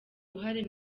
uruhare